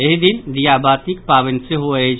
एहि दिन दीयावातिक पावनि सेहो अछि